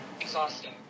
exhausting